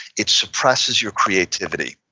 it suppresses your creativity.